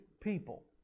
people